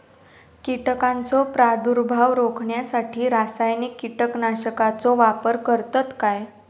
कीटकांचो प्रादुर्भाव रोखण्यासाठी रासायनिक कीटकनाशकाचो वापर करतत काय?